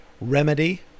Remedy